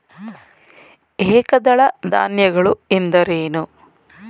ಏಕದಳ ಧಾನ್ಯಗಳು ಎಂದರೇನು?